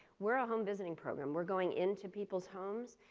we're a home visiting program. we're going into people's homes.